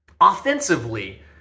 offensively